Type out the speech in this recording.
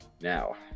Now